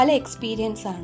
experience